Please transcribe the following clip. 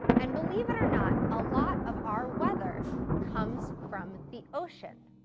and believe it or not, a lot of our weather comes from the ocean.